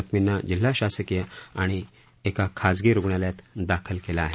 जखमींना जिल्हा शासकीय आणि एका खाजगी रुग्णालयात दाखल केलं आहे